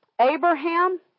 Abraham